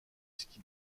ski